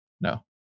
No